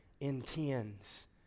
intends